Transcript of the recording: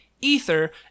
Ether